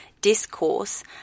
discourse